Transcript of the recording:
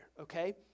okay